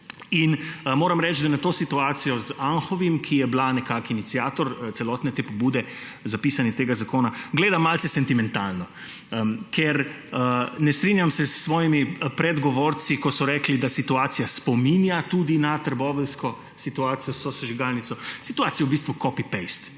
Moram reči, da na to situacijo z Anhovim, ki je bila nekako iniciator celotne te pobude za pisanje tega zakona, gledam malce sentimentalno, ker se ne strinjam s svojimi predgovorci, ko so rekli, da situacija spominja tudi na trboveljsko situacijo sosežigalnico. Situacija je v bistvu copy paste